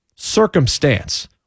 circumstance